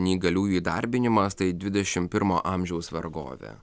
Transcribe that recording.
neįgaliųjų įdarbinimas tai dvidešimt pirmo amžiaus vergovė